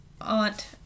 aunt